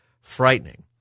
frightening